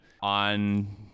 on